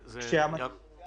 אחד המנגנונים שרשומים